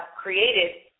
created